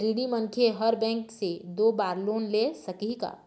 ऋणी मनखे हर बैंक से दो बार लोन ले सकही का?